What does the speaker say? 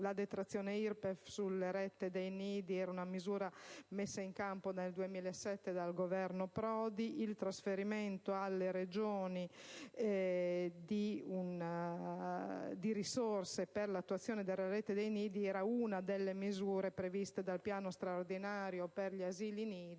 la detrazione IRPEF sulla retta dei nidi è una misura messa in campo nel 2007 dal Governo Prodi ed il trasferimento alle Regioni di risorse per l'attuazione della rete dei nidi era una delle misure previste dal Piano straordinario per gli asili nido,